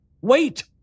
wait